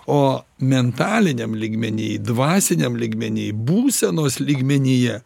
o mentaliniam lygmeny dvasiniam lygmeny būsenos lygmenyje